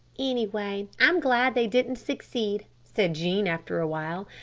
anyway i'm glad they didn't succeed, said jean after a while.